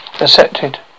accepted